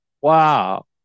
wow